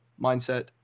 mindset